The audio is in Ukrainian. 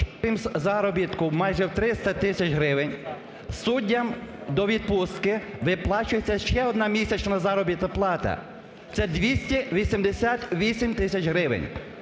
заробітку майже в 300 тисяч гривень, суддям до відпустки виплачується ще одна місячна заробітна плата, це 288 тисяч гривень.